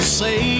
say